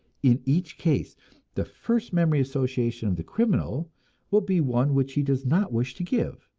in each case the first memory association of the criminal will be one which he does not wish to give.